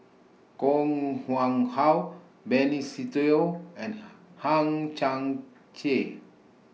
Koh Nguang How Benny Se Teo and Hang Chang Chieh